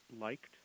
liked